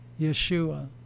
Yeshua